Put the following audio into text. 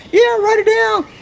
yeah! write it down.